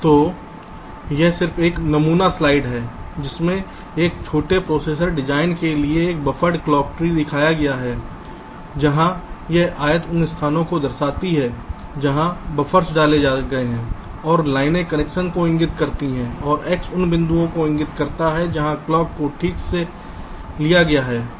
तो यह सिर्फ एक नमूना स्लाइड है जिसमें एक छोटे प्रोसेसर डिज़ाइन में एक बफ़र्ड क्लॉक ट्री दिखाया गया है जहाँ यह आयत उन स्थानों को दर्शाती है जहाँ बफ़र्स डाले गए हैं और लाइनें कनेक्शन को इंगित करती हैं और x उन बिंदुओं को इंगित करता है जहाँ क्लॉक को ठीक से लिया गया है